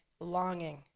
longing